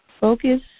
Focus